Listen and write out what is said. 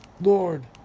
Lord